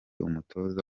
umutoza